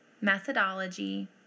methodology